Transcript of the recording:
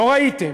לא ראיתם,